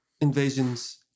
invasions